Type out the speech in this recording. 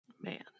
Man